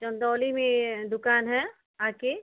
चंदौली में ये दुकान है आकर